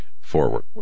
forward